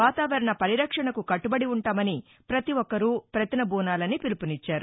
వాతావరణ పరిరక్షణకు కట్టుబడి ఉ ంటామని ప్రతిఒక్కరూ ప్రతిన బూనాలని పిలుపునిచ్చారు